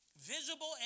visible